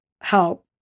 help